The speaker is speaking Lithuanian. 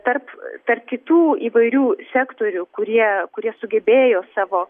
tarp tarp kitų įvairių sektorių kurie kurie sugebėjo savo